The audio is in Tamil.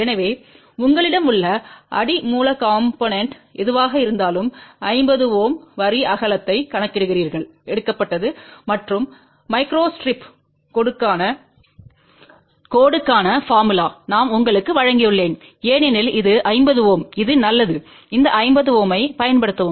எனவே உங்களிடம் உள்ள அடி மூலக்காம்போனென்ட் எதுவாக இருந்தாலும் 50 Ω வரி அகலத்தைக் கணக்கிடுகிறீர்கள் எடுக்கப்பட்டது மற்றும் மைக்ரோ ஸ்ட்ரிப் கோடுக்கான போர்முலா நான் உங்களுக்கு வழங்கியுள்ளேன் ஏனெனில் இது 50 Ω இது நல்லது இந்த 50 Ω ஐப் பயன்படுத்தவும்